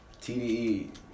TDE